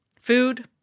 food